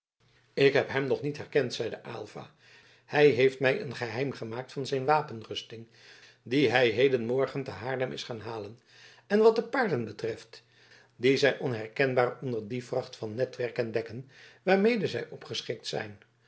ik heb hem nog niet herkend zeide aylva hij heeft mij een geheim gemaakt van zijn wapenrusting die hij hedenmorgen te haarlem is gaan halen en wat de paarden betreft die zijn onkenbaar onder die vracht van netwerk en dekken waarmede zij opgeschikt zijn